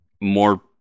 more